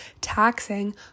taxing